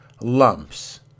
lumps